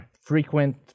frequent